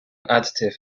additive